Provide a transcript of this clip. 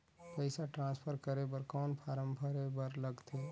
पईसा ट्रांसफर करे बर कौन फारम भरे बर लगथे?